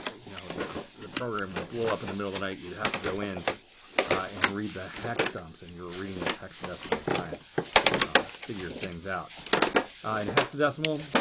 ah you know the the program would blow up in the middle of night, you'd have to go in and read the hex dumps. and you're reading this hexadecimal to try and figure things out. in hexadecimal,